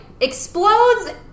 explodes